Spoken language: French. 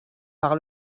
par